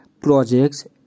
projects